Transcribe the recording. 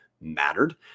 mattered